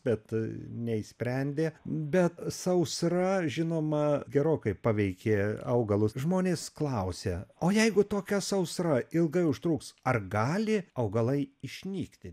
bet neišsprendė bet sausra žinoma gerokai paveikė augalus žmonės klausia o jeigu tokia sausra ilgai užtruks ar gali augalai išnykti